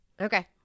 Okay